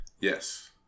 Yes